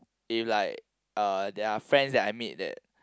if like uh there are friends that I made that